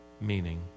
meaning